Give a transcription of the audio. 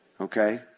Okay